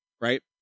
right